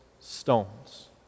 stones